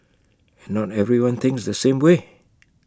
not everyone thinks the same way